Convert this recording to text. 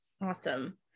Awesome